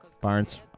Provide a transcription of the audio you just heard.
Barnes